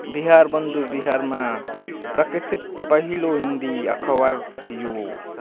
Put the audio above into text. बिहारबन्धु बिहारमा प्रकाशित पहिलो हिन्दी अखबार थियो